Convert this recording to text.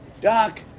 Doc